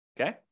Okay